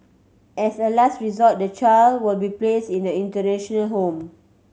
as a last resort the child will be place in the institutional home